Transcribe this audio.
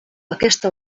aquesta